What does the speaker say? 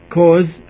cause